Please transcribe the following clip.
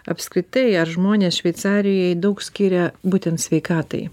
apskritai ar žmonės šveicarijoj daug skiria būtent sveikatai